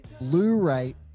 Blu-ray